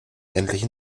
endlich